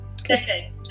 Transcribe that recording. Okay